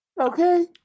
Okay